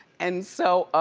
and so,